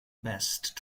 best